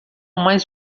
mais